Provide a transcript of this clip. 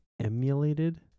Emulated